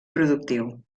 productiu